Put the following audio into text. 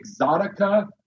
Exotica